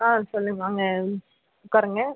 ஆ சொல்லுங்கள் வாங்க வந்து உட்காருங்க